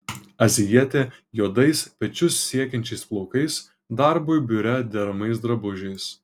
azijietė juodais pečius siekiančiais plaukais darbui biure deramais drabužiais